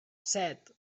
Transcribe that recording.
set